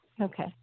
Okay